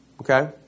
Okay